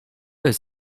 jest